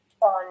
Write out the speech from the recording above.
on